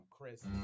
Chris